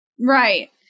Right